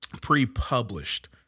pre-published